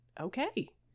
Okay